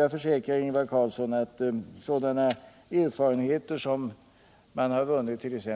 Jag försäkrar Ingvar Carlsson att sådana erfarenheter som man vunnit t.ex.